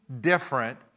different